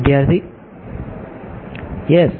વિદ્યાર્થી ખરું